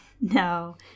No